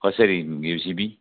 कसरी घिउ सिँबी